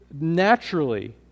naturally